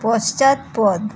পশ্চাৎপদ